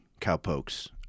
cowpokes